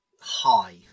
high